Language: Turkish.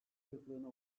kırıklığına